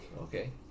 Okay